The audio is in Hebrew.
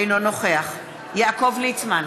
אינו נוכח יעקב ליצמן,